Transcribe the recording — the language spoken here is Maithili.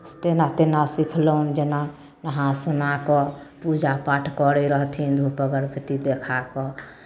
तेना तेना सिखलहुँ जेना नहा सुना कऽ पूजा पाठ करै रहथिन धूप अगरबत्ती देखा कऽ